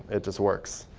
it just works.